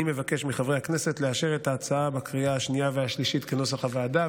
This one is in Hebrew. אני מבקש מחברי הכנסת לאשר את ההצעה בקריאה שנייה ושלישית כנוסח הוועדה.